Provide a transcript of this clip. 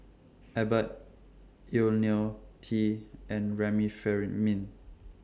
Abbott Ionil T and Remifemin